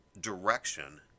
direction